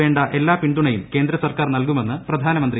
വേണ്ട എല്ലാ പിന്തുണയും കേന്ദ്ര സർക്കാർ നൽകുമെന്ന് പ്രധാനമന്ത്രി നരേന്ദ്രമോദി